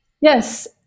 yes